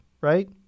right